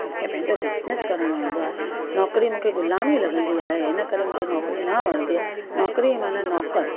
मूंखे पंहिंजो बिजनेस करणु वणंदो आहे नौकिरी मूंखे ग़ुलामी लॻंदी आहे इनकरे मूंखे नौकिरी न वणंदी आहे नौकिरी माना नौकरु